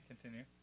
continue